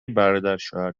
برادرشوهر